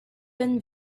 been